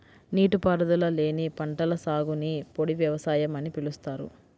నీటిపారుదల లేని పంటల సాగుని పొడి వ్యవసాయం అని పిలుస్తారు